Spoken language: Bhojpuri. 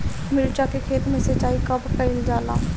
मिर्चा के खेत में सिचाई कब कइल जाला?